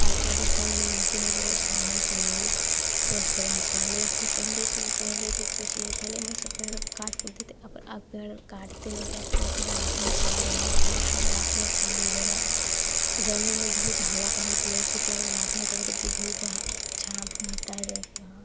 ताज़े ताज़े फल भी मिलते हैं रोज़ खाने के लिए स्वस्थ रहें पहले से पहले से वह पहले तो कुछ नहीं पहले हम लोग सब पेड़ काट कूट देते अब पेड़ काटते नहीं अब तो उसे लगाते हैं छाँव लेने के लिए कि लगाते हैं छाँव मिलेगा गर्मी में धूप हवा कहाँ से लें उसी पेड़ लगाते हैं तभी तो कि धूप हव छाँव भी मिलता है बहुत वहाँ